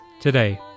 today